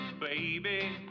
baby